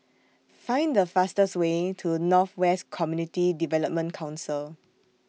Find The fastest Way to North West Community Development Council